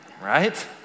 right